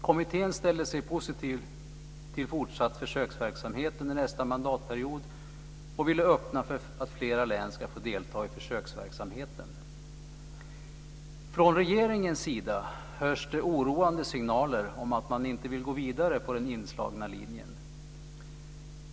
Kommittén ställde sig positiv till en fortsatt försöksverksamhet under nästa mandatperiod och vill öppna för att flera län ska få delta i försöksverksamheten. Från regeringens sida hörs det oroande signaler om att man inte vill gå vidare på den inslagna linjen.